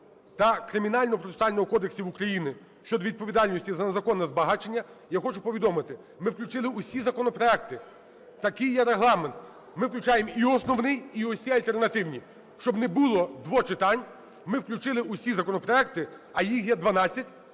та Кримінального процесуального кодексів України щодо відповідальності за незаконне збагачення, я хочу повідомити, ми включили усі законопроекти, такий є Регламент. Ми включаємо і основний, і усі альтернативні, щоб не булодвочитань, ми включили усі законопроекти, а їх є 12,